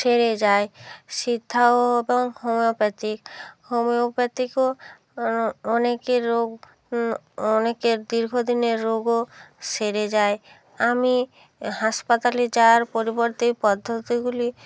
সেরে যায় সিদ্ধা ও এবং হোমিওপ্যাথি হোমিওপ্যাথিকও অনেকের রোগ অনেকের দীর্ঘদিনের রোগও সেরে যায় আমি হাসপাতালে যাওয়ার পরিবর্তে এই পদ্ধতিগুলি